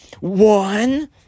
One